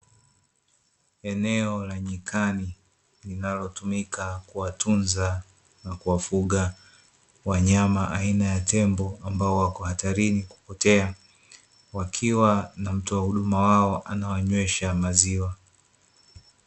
Eneo la nyikani linalotumika kuwatunza na kuwafuga wanyama aina ya tembo, ambao wako hatarini kupotea. Wakiwa na mtoa huduma wao anawanywesha maziwa.